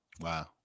Wow